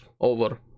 over